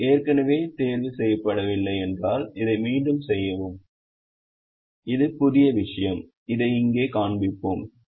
இது ஏற்கனவே தேர்வு செய்யப்படவில்லை என்றால் இதை மீண்டும் செய்யவும் செயல்முறை இது புதிய விஷயம் இதை இங்கே காண்பிப்போம்